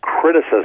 criticism